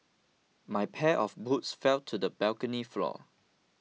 my pair of boots fell to the balcony floor